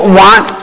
want